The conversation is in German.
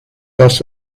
das